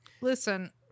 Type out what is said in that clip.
listen